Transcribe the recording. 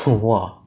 !wah!